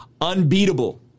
unbeatable